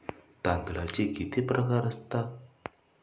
तांदळाचे किती प्रकार असतात?